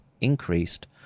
increased